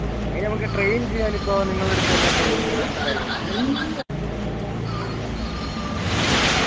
ആ അതിനെ നമുക്ക് ട്രെയിൻ ചെയ്യാൻ ഇപ്പം നിങ്ങള അടുത്ത് തന്നെ ട്രെയിനിംഗ് അങ്ങനത്തെ കാര്യങ്ങളൊക്കെ ഉണ്ടോ ആ